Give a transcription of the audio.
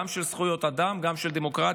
גם של זכויות אדם, גם של דמוקרטיה,